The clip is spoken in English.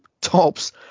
tops